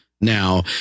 now